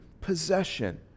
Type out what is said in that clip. possession